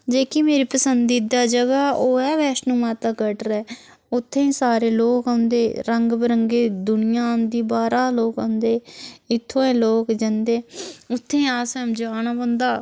जेह्की मेरी पसंदीदा जगह् ऐ ओह् ऐ बैश्नो माता कटरै उत्थें सारे लोक औंदे रंग बरंगे दुनिया औंदी बाह्रा लोक औंदे इत्थुं दे लोक जंदे उत्थें अस जाना पौंदा